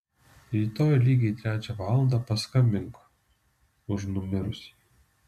rytoj lygiai trečią valandą paskambink už numirusį